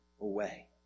away